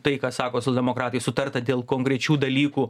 tai ką sako socialdemokratai sutarta dėl konkrečių dalykų